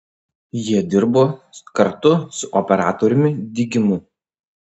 jie dirbo kartu su operatoriumi digimu